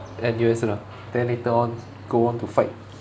N_U_S lah then later on go on to fight